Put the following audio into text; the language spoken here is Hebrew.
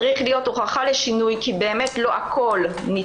צריכה להיות הוכחה לשינוי כי לא הכול בר ריפוי,